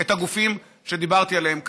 את הגופים שדיברתי עליהם קדימה.